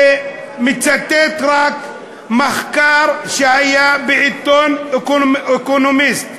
ורק מצטט מחקר שהיה בעיתון "אקונומיסט"